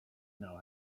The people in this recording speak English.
know